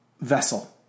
vessel